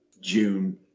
June